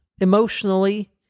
emotionally